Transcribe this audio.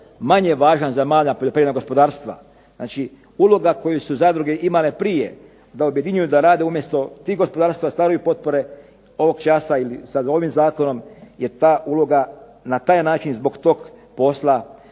manje važan za manja poljoprivredna gospodarstva. Znači, uloga koju su zadruge imale prije da objedinjuju, da rade umjesto tih gospodarstava, stvaraju potpore ovog časa ili sad ovim zakonom je ta uloga na taj način zbog tog posla